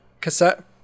cassette